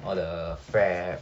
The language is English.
frappe